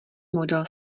model